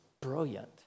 brilliant